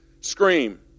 scream